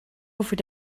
over